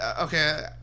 okay